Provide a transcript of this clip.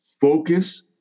focus